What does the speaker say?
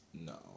No